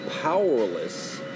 powerless